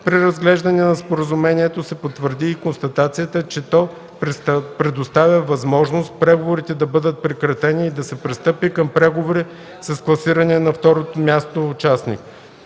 При разглеждане на споразумението се потвърди и констатацията, че то предоставя възможност преговорите да бъдат прекратени и да се пристъпи към преговори с класирания на второ място участник.